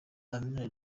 amina